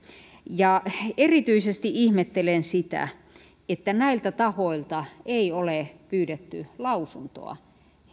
ja erityisesti ihmettelen sitä että näiltä tahoilta ei ole pyydetty lausuntoa